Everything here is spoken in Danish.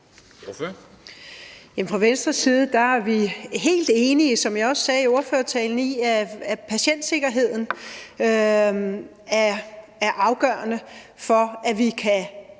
Fra Venstres side er vi, som jeg også sagde i ordførertalen, helt enige i, at patientsikkerheden er afgørende, for at vi også